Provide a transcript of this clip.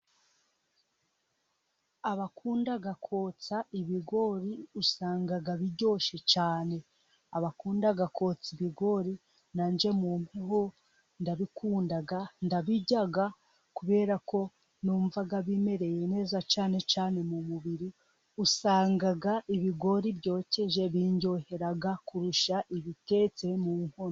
Abakunda kotsa ibigori usanga biryoshye cyane. Abakunda kotsa ibigori nanjye mumpeho ndabikunda, ndabirya, kubera ko numva bimereye neza cyane cyane mu mubiri. Usanga ibigori byokeje bindyohera kurusha ibitetse mu nkono.